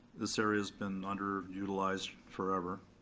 this area's been underutilized forever.